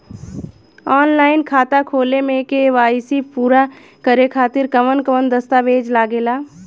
Online खाता खोले में के.वाइ.सी पूरा करे खातिर कवन कवन दस्तावेज लागे ला?